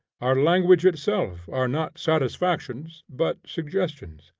our language itself are not satisfactions, but suggestions.